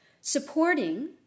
supporting